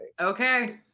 Okay